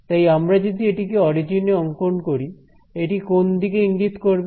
তাই আমরা যদি এটিকে অরিজিন এ অংকন করি এটি কোন দিকে ইঙ্গিত করবে